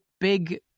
big